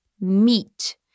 meat